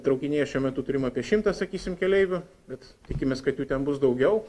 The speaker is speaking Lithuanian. traukinyje šiuo metu turim apie šimtą sakysim keleivių bet tikimės kad jų ten bus daugiau